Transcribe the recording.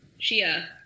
shia